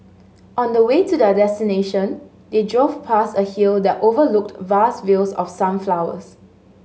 on the way to their destination they drove past a hill that overlooked vast fields of sunflowers